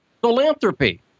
philanthropy